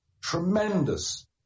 tremendous